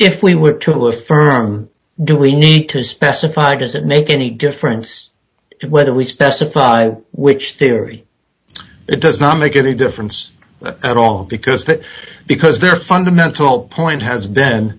if we were to affirm do we need to specify does it make any difference whether we specify which theory it does not make any difference at all because that because their fundamental point has